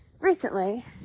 recently